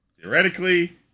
Theoretically